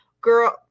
girl